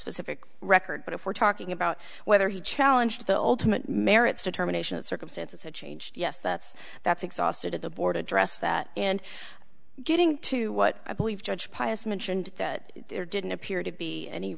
specific record but if we're talking about whether he challenged the ultimate merits determination of circumstances had changed yes that's that's exhausted at the board address that and getting to what i believe judge pius mentioned that there didn't appear to be any